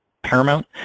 paramount